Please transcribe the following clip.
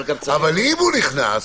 אבל אם הוא נכנס,